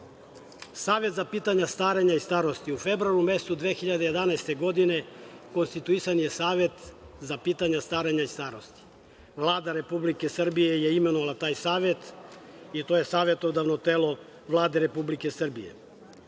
ljudi. Savet za pitanja starenja i starosti u februaru mesecu 2011. godine konstituisan je Savet za pitanja starenja i starosti. Vlada Republike Srbije je imenovala taj savet i to je savetodavno telo Vlade Republike Srbije.